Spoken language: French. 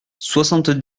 soixante